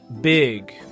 big